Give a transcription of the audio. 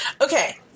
Okay